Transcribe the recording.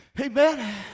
Amen